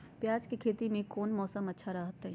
प्याज के खेती में कौन मौसम अच्छा रहा हय?